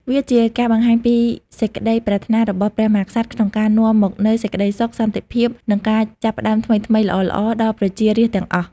វាជាការបង្ហាញពីសេចក្តីប្រាថ្នារបស់ព្រះមហាក្សត្រក្នុងការនាំមកនូវសេចក្តីសុខ សន្តិភាព និងការចាប់ផ្តើមថ្មីៗល្អៗដល់ប្រជារាស្ត្រទាំងអស់។